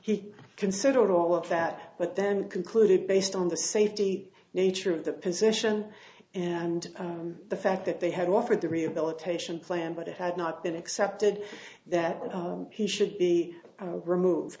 he considered all of that but then concluded based on the safety nature of the position and the fact that they had offered the rehabilitation plan but it had not been accepted that he should be removed